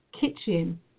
kitchen